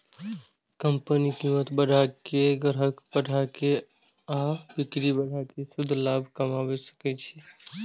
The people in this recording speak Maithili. कंपनी कीमत बढ़ा के, ग्राहक बढ़ा के आ बिक्री बढ़ा कें शुद्ध लाभ कमा सकै छै